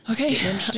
Okay